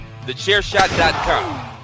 TheChairShot.com